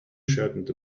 shirt